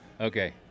Okay